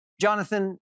Jonathan